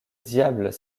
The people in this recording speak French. diables